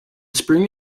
spring